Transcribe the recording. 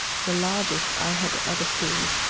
the largest i had ever seen.